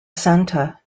santa